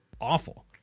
awful